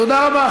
תודה רבה.